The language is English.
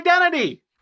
identity